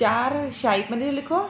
चार शाही पनीर लिखो